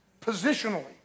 Positionally